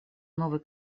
новой